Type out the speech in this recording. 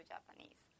Japanese